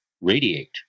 radiate